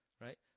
Right